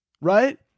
right